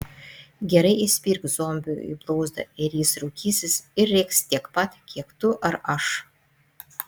gerai įspirk zombiui į blauzdą ir jis raukysis ir rėks tiek pat kiek tu ar aš